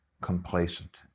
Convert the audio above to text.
complacent